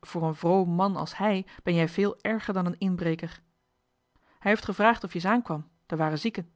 voor een vroom man als hij ben jij veel erger dan een inbreker hij heeft gevraagd of je es aankwam d'er waren zieken